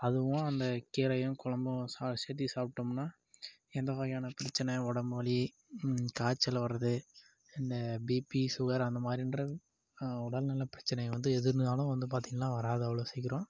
அதுவும் அந்த கீரையும் குழம்பும் சேர்த்தி சாப்பிட்டோம்னா எந்த வகையான பிரச்சின உடம்பு வலி காய்ச்சல் வர்றது இந்த பீபி சுகர் அந்த மாதிரின்ற உடல்நிலை பிரச்சினை வந்து எது இருந்தாலும் வந்து பார்த்திங்ள்னா வராது அவ்வளோ சீக்கிரம்